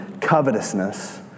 covetousness